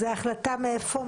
זה החלטה מאיפה?